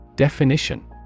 Definition